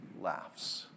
laughs